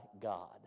God